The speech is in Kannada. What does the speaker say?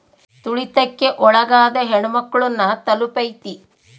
ತುಳಿತಕ್ಕೆ ಒಳಗಾದ ಹೆಣ್ಮಕ್ಳು ನ ತಲುಪೈತಿ